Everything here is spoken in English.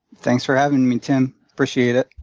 thanks for having me, tim, appreciate it.